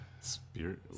Spirit